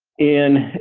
in